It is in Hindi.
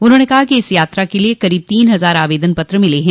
उन्होंने कहा कि इस यात्रा के लिये क़रीब तीन हज़ार आवेदन पत्र मिले हैं